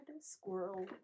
Squirrel